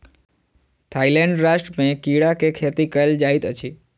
Thailand राष्ट्र में कीड़ा के खेती कयल जाइत अछि